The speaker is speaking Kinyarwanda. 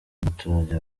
n’abaturage